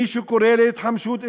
מי שקורא להתחמשות אזרחית,